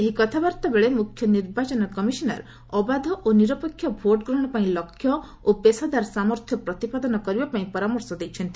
ଏହି କଥାବାର୍ତ୍ତା ବେଳେ ମୁଖ୍ୟ ନିର୍ବାଚନ କମିଶନର୍ ଅବାଧ ଓ ନିରପେକ୍ଷ ଭୋଟ୍ ଗ୍ରହଣ ପାଇଁ ଲକ୍ଷ୍ୟ ଓ ପେସାଦାର ସାମର୍ଥ୍ୟ ପ୍ରତିପାଦନ କରିବା ପାଇଁ ପରାମର୍ଶ ଦେଇଛନ୍ତି